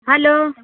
hello